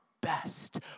best